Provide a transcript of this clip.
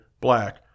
black